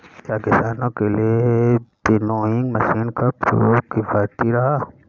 क्या किसानों के लिए विनोइंग मशीन का प्रयोग किफायती है?